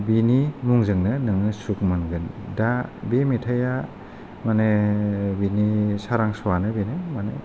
बिनि मुंजोंनो नोङो सुखु मोनगोन दा बे मेथाइया माने बिनि सारांस'वानो बिनो